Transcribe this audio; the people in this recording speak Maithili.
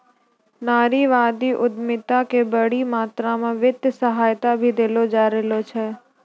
नारीवादी उद्यमिता क बड़ी मात्रा म वित्तीय सहायता भी देलो जा रहलो छै